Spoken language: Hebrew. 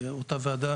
אותה וועדה